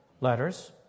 letters